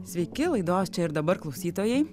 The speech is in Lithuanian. sveiki laidos čia ir dabar klausytojai